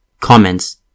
Comments